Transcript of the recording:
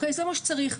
זה מה שצריך.